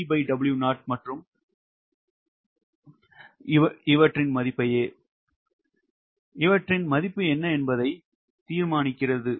ஏனென்றால் W0 மதிப்புபே 𝑊𝑒𝑊0 இன் மதிப்பு என்ன என்பதை தீர்மானிக்கிறது